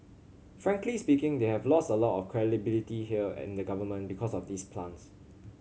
frankly speaking they have lost a lot of credibility here in the government because of these plants